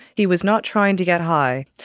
he was not trying to get high.